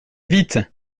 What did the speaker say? vite